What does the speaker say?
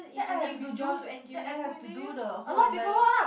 then I have to do then I have to do the whole entire